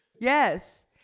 yes